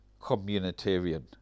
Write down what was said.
communitarian